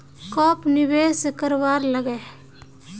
कब निवेश करवार लागे?